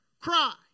cry